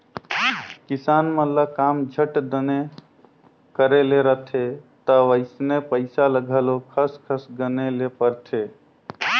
किसान मन ल काम झट दाएन करे ले रहथे ता वइसने पइसा ल घलो खस खस गने ले परथे